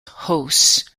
hosts